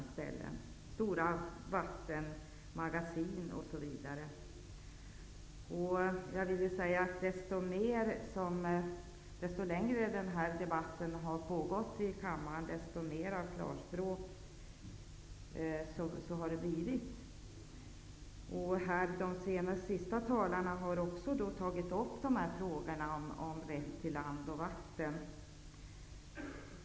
Det här gäller också stora vattenmagasin osv. Ju längre debatten har pågått, desto mer klarspråk har det blivit. De senaste talarna har också tagit upp frågorna om rätt till land och vatten.